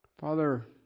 Father